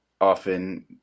often